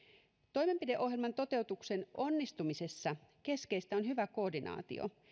toimenpideohjelman toteutuksen onnistumisessa keskeistä on hyvä koordinaatio